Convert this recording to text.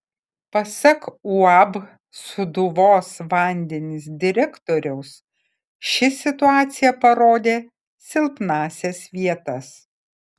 pasak uab sūduvos vandenys direktoriaus ši situacija parodė silpnąsias vietas